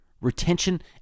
Retention